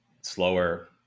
slower